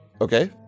Okay